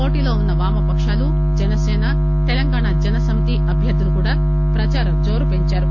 పోటీలో వున్న వామపకాలు జనసన తెలంగాణ జనసమితి అభ్యర్థులు కూడా ప్రదార జోరు పెంచారు